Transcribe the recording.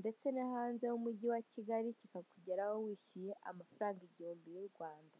ndetse no hanze y'umujyi wa Kigali kikakugeraho wishyuye amafaranga igihumbi y'u Rwanda.